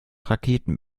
raketen